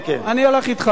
אני הולך אתך.